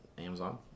Amazon